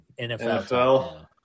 NFL